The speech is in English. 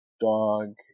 dog